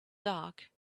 dark